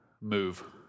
move